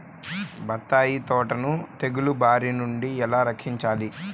బత్తాయి తోటను తెగులు బారి నుండి ఎలా రక్షించాలి?